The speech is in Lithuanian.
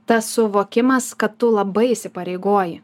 tas suvokimas kad tu labai įsipareigoji